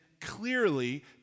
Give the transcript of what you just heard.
clearly